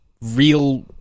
real